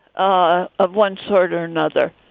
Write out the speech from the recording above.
ah of one sort or another.